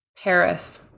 Paris